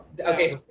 okay